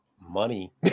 money